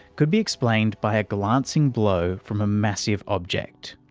could be explained by a glancing blow from a massive object,